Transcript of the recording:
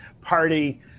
party